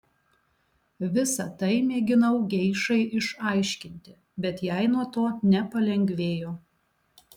visa tai mėginau geišai išaiškinti bet jai nuo to nepalengvėjo